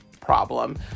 problem